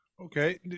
Okay